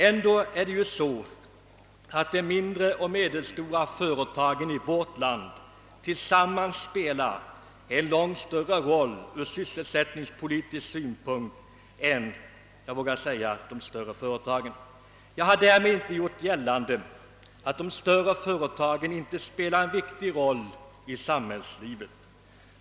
Ändå spelar ju de mindre och medelstora företagen i vårt land tillsammans en långt större roll ur sysselsättningspolitisk synpunkt, vågar jag säga, än de stora företagen. Jag har därmed inte gjort gällande att de större företagen inte spelar en viktig roll i samhällslivet.